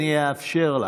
אני אאפשר לך.